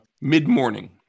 mid-morning